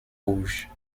rouge